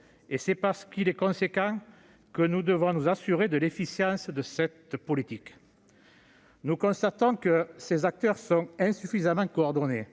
un coût. Parce que ce coût est élevé, nous devons nous assurer de l'efficience de cette politique. Nous le constatons, ses acteurs sont insuffisamment coordonnés.